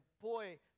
boy